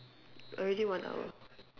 already one hour